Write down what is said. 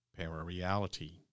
parareality